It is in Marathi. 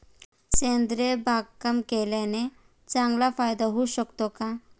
सेंद्रिय बागकाम केल्याने चांगला फायदा होऊ शकतो का?